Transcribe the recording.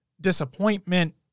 disappointment